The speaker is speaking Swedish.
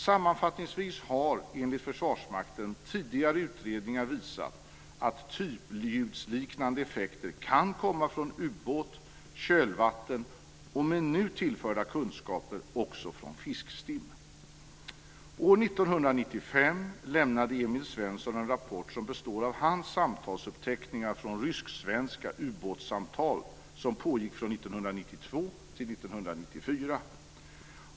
Sammanfattningsvis har, enligt Försvarsmakten, tidigare utredningar visat att typljudsliknande effekter kan komma från ubåt, kölvatten och, med nu tillförda kunskaper, också från fiskstim. År 1995 lämnade Emil Svensson en rapport som består av hans samtalsuppteckningar från rysksvenska ubåtssamtal som pågick från 1992 till 1994.